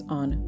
on